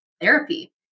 therapy